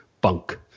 bunk